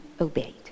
obeyed